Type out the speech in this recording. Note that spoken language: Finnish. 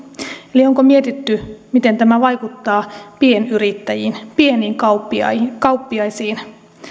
eli onko mietitty miten tämä vaikuttaa pienyrittäjiin pieniin kauppiaisiin kauppiaisiin